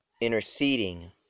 interceding